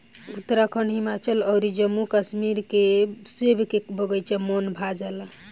उत्तराखंड, हिमाचल अउर जम्मू कश्मीर के सेब के बगाइचा मन भा जाला